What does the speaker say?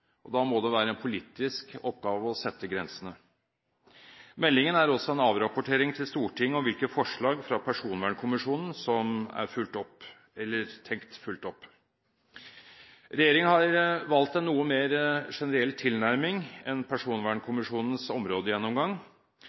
og da må det være en politisk oppgave å sette grensene. Meldingen er også en avrapportering til Stortinget om hvilke forslag fra Personvernkommisjonen som er fulgt opp eller tenkt fulgt opp. Regjeringen har valgt en noe mer generell tilnærming enn Personvernkommisjonens områdegjennomgang